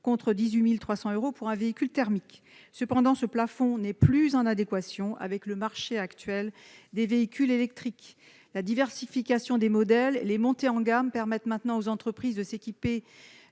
contre 18 300 euros pour un véhicule thermique. Cependant, ce plafond n'est plus en adéquation avec le marché actuel des véhicules électriques. La diversification des modèles et les montées en gamme permettent maintenant aux entreprises de s'équiper